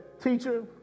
teacher